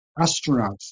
astronauts